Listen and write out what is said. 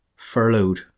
furloughed